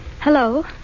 Hello